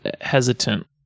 hesitant